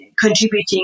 contributing